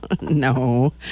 No